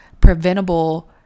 preventable